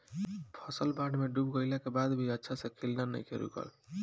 फसल बाढ़ में डूब गइला के बाद भी अच्छा से खिलना नइखे रुकल